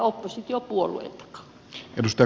arvoisa puhemies